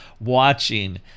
watching